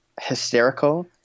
hysterical